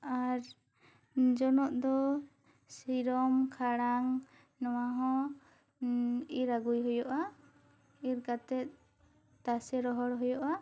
ᱟᱨ ᱡᱚᱱᱚᱜ ᱫᱚ ᱥᱤᱨᱟᱹᱢ ᱠᱷᱟᱲᱟᱝ ᱱᱚᱣᱟ ᱦᱚᱸ ᱤᱨ ᱟᱹᱜᱩ ᱦᱩᱭᱩᱜᱼᱟ ᱤᱨ ᱠᱟᱛᱮᱜ ᱛᱟᱥᱮ ᱨᱚᱦᱚᱲ ᱦᱩᱭᱩᱜᱼᱟ